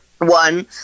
one